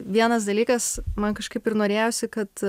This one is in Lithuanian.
vienas dalykas man kažkaip ir norėjosi kad